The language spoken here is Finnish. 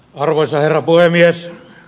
arvoisa herra puhemies